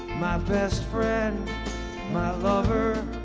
my best friend my lover,